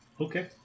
Okay